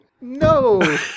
No